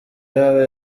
yaba